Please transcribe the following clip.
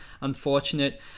unfortunate